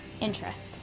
interest